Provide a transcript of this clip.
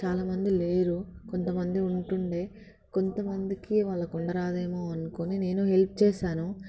చాలా మంది లేరు కొంతమంది ఉంటుండే కొంతమందికి వాళ్ళకి వంట రాదేమో అనుకొని నేను హెల్ప్ చేశాను